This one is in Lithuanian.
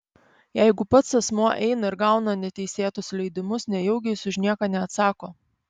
jeigu pats asmuo eina ir gauna neteisėtus leidimus nejaugi jis už nieką neatsako